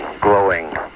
glowing